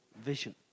vision